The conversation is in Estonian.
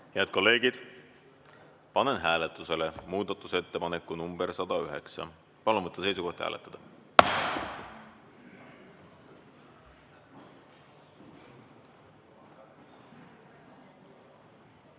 Head kolleegid, panen hääletusele muudatusettepaneku nr 112. Palun võtta seisukoht ja hääletada!